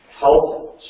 health